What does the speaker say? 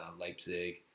Leipzig